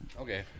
Okay